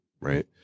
right